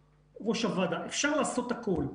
אפשר לעשות הכול.